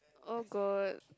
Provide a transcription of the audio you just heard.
oh god